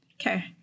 Okay